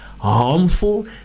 harmful